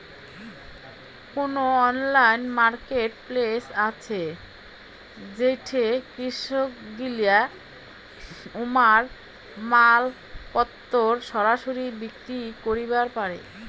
কুনো online marketplace আছে যেইঠে কৃষকগিলা উমার মালপত্তর সরাসরি বিক্রি করিবার পারে?